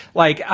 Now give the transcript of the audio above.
like,